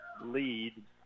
lead